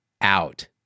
out